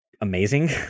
amazing